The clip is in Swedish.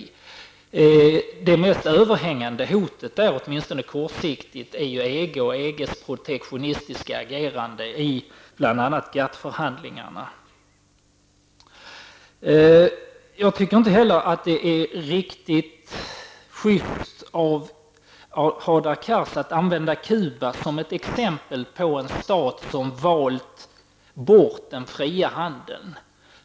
Det mest överhängande hotet, åtminstone kortsiktigt, är EGs protektionistiska agerande i GATT-förhandlingarna. Jag tycker inte heller att det är riktigt sjysst av Hadar Cars att använda Cuba som ett exempel på en stat som valt bort den fria handeln.